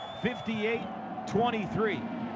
58-23